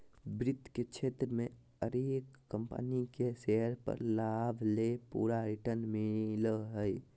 वित्त के क्षेत्र मे हरेक कम्पनी के शेयर पर लाभ ले पूरा रिटर्न मिलो हय